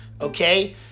okay